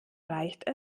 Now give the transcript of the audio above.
reicht